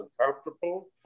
uncomfortable